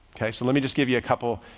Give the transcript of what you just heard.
okay, so let me just give you a couple